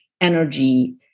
energy